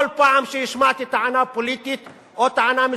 כל פעם שהשמעתי טענה פוליטית או טענה משפטית,